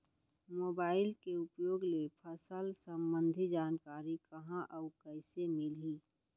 Mobile के उपयोग ले फसल सम्बन्धी जानकारी कहाँ अऊ कइसे मिलही?